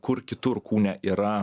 kur kitur kūne yra